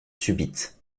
subites